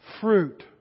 fruit